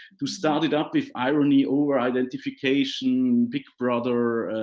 to start it up with irony over identification, big brother,